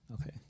Okay